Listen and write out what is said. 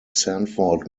sanford